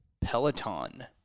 Peloton